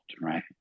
right